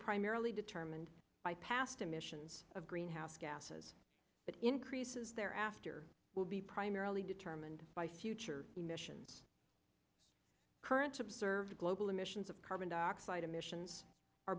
primarily determined by past emissions of greenhouse gases but increases there after will be primarily determined by future emissions currents observed global emissions of carbon dioxide emissions are